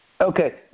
Okay